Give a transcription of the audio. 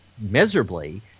miserably